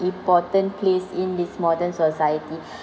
important place in this modern society